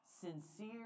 Sincere